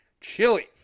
Chili